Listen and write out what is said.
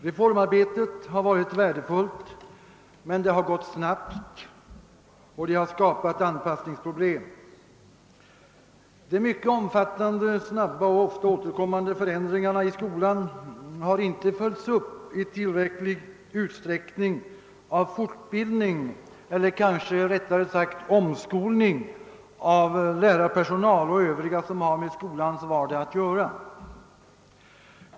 Reformarbetet har varit värdefullt, men det har gått snabbt och det har skapat anpassningsproblem. De mycket omfattande, snabba och ofta återkommande förändringarna i skolan har inte följts upp i tillräcklig utsträckning av fortbildning eller kanske rättare omskolning av lärarpersonal och övriga som har med skolans vardag att göra.